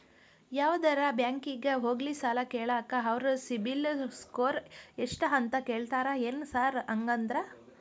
ಯಾವದರಾ ಬ್ಯಾಂಕಿಗೆ ಹೋಗ್ಲಿ ಸಾಲ ಕೇಳಾಕ ಅವ್ರ್ ಸಿಬಿಲ್ ಸ್ಕೋರ್ ಎಷ್ಟ ಅಂತಾ ಕೇಳ್ತಾರ ಏನ್ ಸಾರ್ ಹಂಗಂದ್ರ?